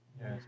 Yes